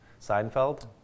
Seinfeld